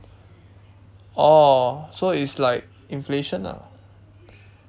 oh so it's like inflation ah